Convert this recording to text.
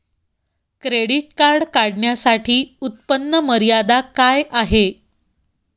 Credit card काढण्यासाठी उत्पन्न मर्यादा काय आहे?